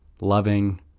loving